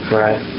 right